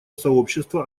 сообщества